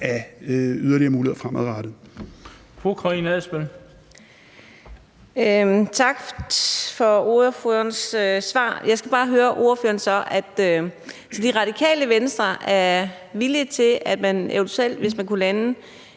af yderligere muligheder fremadrettet.